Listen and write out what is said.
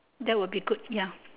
that would be good ya